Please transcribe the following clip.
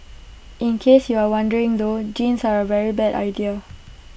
in case you are wondering though jeans are A very bad idea